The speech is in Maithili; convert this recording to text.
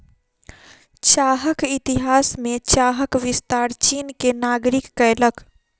चाहक इतिहास में चाहक विस्तार चीन के नागरिक कयलक